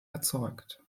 erzeugt